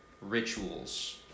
rituals